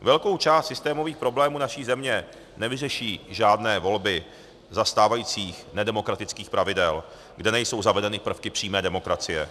Velkou část systémových problémů naší země nevyřeší žádné volby za stávajících nedemokratických pravidel, kdy nejsou zavedeny prvky přímé demokracie.